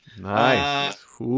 Nice